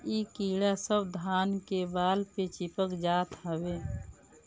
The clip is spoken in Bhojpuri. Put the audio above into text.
इ कीड़ा सब धान के बाल पे चिपक जात हवे